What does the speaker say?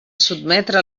sotmetre